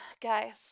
guys